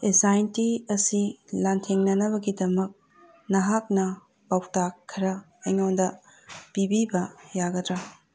anxiety ꯑꯁꯤ ꯂꯥꯟꯊꯦꯡꯅꯅꯕꯒꯤꯗꯃꯛ ꯅꯍꯥꯛꯅ ꯄꯥꯎꯇꯥꯛ ꯈꯔ ꯑꯩꯉꯣꯟꯗ ꯄꯤꯕꯤꯕ ꯌꯥꯒꯗ꯭ꯔꯥ